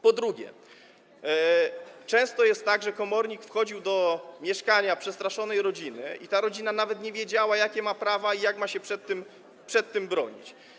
Ponadto często było tak, że komornik wchodził do mieszkania przestraszonej rodziny i ta rodzina nawet nie wiedziała, jakie ma prawa i jak ma się przed tym bronić.